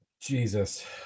Jesus